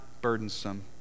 burdensome